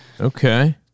okay